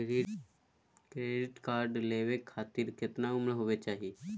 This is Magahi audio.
क्रेडिट कार्ड लेवे खातीर कतना उम्र होवे चाही?